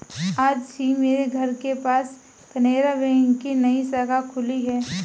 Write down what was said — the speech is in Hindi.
आज ही मेरे घर के पास केनरा बैंक की नई शाखा खुली है